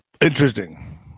Interesting